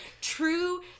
true